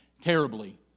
terribly